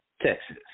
Texas